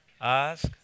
ask